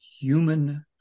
human